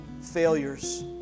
failures